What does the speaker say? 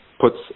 puts